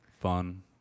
fun